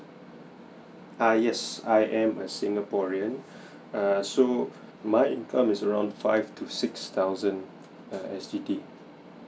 uh yes I am a singaporean err so my income is around five to six thousand err S G D